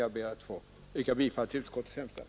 Jag ber att få yrka bifall till utskottets hemställan.